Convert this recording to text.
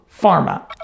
Pharma